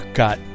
got